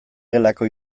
gelako